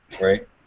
Right